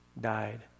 died